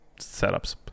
setups